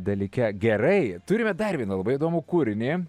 dalyke gerai turime dar vieną labai įdomų kūrinį